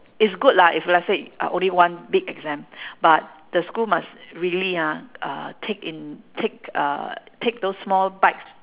is good lah if let's say uh only one big exam but the school must really ah uh take in take uh take those small bite